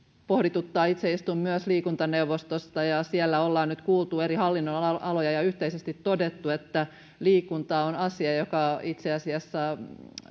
pohdituttaa se myös itse istun liikuntaneuvostossa ja siellä on nyt kuultu eri hallinnonaloja ja yhteisesti tämä todettu että liikunta on asia joka itse asiassa